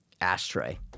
Ashtray